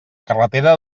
carretera